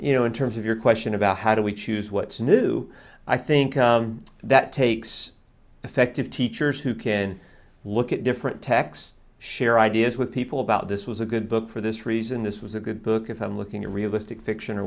you know in terms of your question about how do we choose what's new i think that takes effective teachers who can look at different texts share ideas with people about this was a good book for this reason this was a good book if i'm looking at realistic fiction or